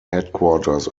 headquarters